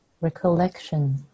Recollection